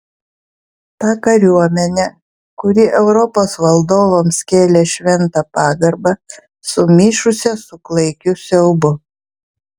tą kariuomenę kuri europos valdovams kėlė šventą pagarbą sumišusią su klaikiu siaubu